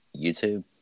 YouTube